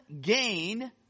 gain